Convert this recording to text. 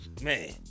man